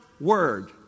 word